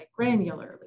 granularly